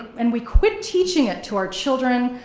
and we quit teaching it to our children,